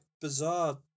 bizarre